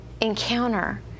encounter